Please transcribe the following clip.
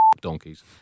donkeys